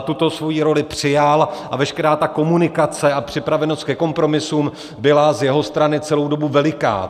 Tuto svoji roli přijal a veškerá komunikace a připravenost ke kompromisům byla z jeho strany celou dobu veliká.